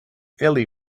ellie